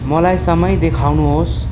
मलाई समय देखाउनुहोस्